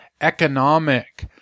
economic